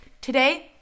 Today